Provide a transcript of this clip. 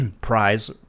prize